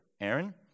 Aaron